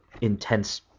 intense